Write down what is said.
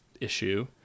issue